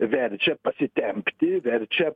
verčia pasitempti verčia